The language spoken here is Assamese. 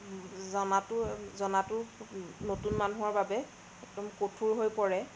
জনাটো জনাটো নতুন মানুহৰ বাবে কঠোৰ হৈ পৰে